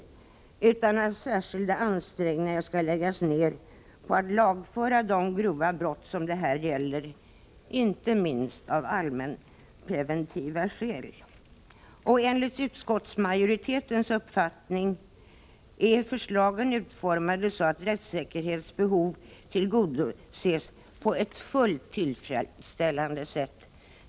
Inte minst av allmänpreventiva skäl måste särskilda ansträngningar läggas ned på lagföringen av de grova brott som det här gäller. Enligt utskottsmajoritetens uppfattning är förslagen utformade så att behovet av rättssäkerhet tillgodoses på ett fullt tillfredsställande sätt.